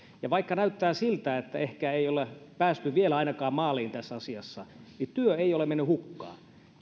ja vaikka näyttää siltä että ehkä ei ole päästy ainakaan vielä maaliin tässä asiassa niin työ ei ole mennyt hukkaan